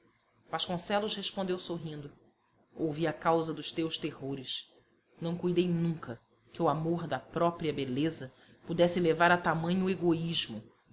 vasconcelos respondeu sorrindo ouvi a causa dos teus terrores não cuidei nunca que o amor da própria beleza pudesse levar a tamanho